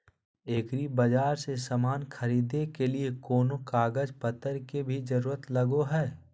एग्रीबाजार से समान खरीदे के लिए कोनो कागज पतर के भी जरूरत लगो है?